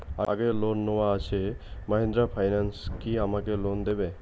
আগের লোন নেওয়া আছে মাহিন্দ্রা ফাইন্যান্স কি আমাকে লোন দেবে?